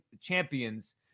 champions